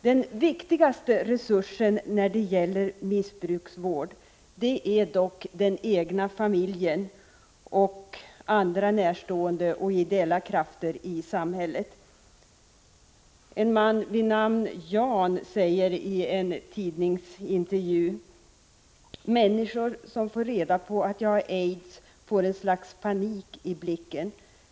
Den viktigaste resursen när det gäller missbrukarvård är dock den egna familjen och andra närstående och ideella krafter i samhället. En man vid namn Jan säger i en tidningsintervju: Människor som får reda på att jag har aids får ett slags panik i blicken.